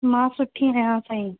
मां सुठी आहियां साईं